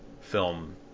film